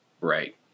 Right